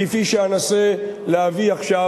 כפי שאנסה להביא עכשיו,